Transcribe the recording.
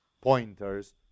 pointers